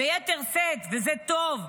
וזה טוב,